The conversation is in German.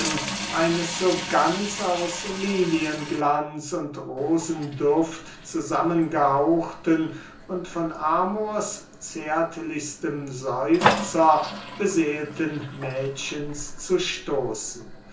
eines so ganz aus lilienglanz und rosenduft zusammen gehauchten und von amors zärtlichstem seufzer beseelten mädchens zu stoßen